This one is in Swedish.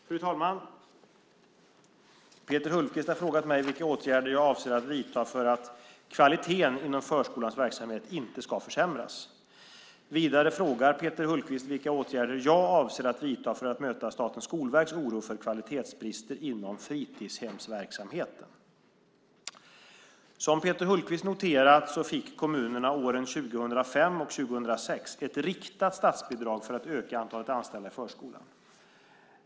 Fru talman! Peter Hultqvist har frågat mig vilka åtgärder jag avser att vidta för att kvaliteten inom förskolans verksamhet inte ska försämras. Vidare frågar Peter Hultqvist vilka åtgärder jag avser att vidta för att möta Statens skolverks oro för kvalitetsbrister inom fritidshemsverksamheten. Som Peter Hultqvist noterat fick kommunerna åren 2005 och 2006 ett riktat statsbidrag för att öka antalet anställda i förskolan.